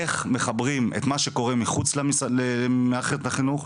איך מחברים את מה שקורה מחוץ למערכת החינוך,